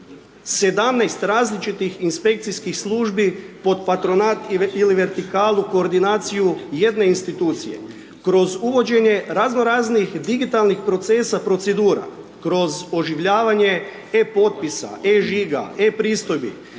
17 različitih inspekcijskih službi pod patronat ili vertikalu koordinaciju jedne institucije, kroz uvođenje razno raznih digitalnih procesa, procedura, kroz oživljavanje e-potpisa, e-žiga, e-pristojbi,